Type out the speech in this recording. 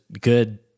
good